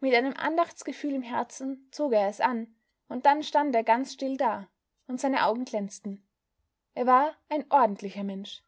mit einem andachtsgefühl im herzen zog er es an und dann stand er ganz still da und seine augen glänzten er war ein ordentlicher mensch